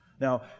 Now